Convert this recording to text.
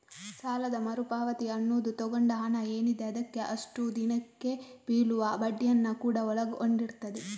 ಸಾಲದ ಮರು ಪಾವತಿ ಅನ್ನುದು ತಗೊಂಡ ಹಣ ಏನಿದೆ ಅದಕ್ಕೆ ಅಷ್ಟು ದಿನಕ್ಕೆ ಬೀಳುವ ಬಡ್ಡಿಯನ್ನ ಕೂಡಾ ಒಳಗೊಂಡಿರ್ತದೆ